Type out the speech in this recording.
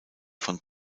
von